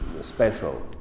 special